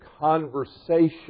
conversation